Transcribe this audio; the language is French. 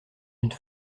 une